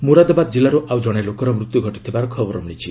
ମୁରାଦାବାଦ ଜିଲ୍ଲାରୁ ଆଉ ଜଣେ ଲୋକର ମୃତ୍ୟୁ ଘଟିଥିବାର ଖବର ମିଳିଛି